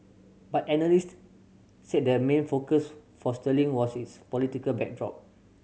but analyst said the main focus for sterling was its political backdrop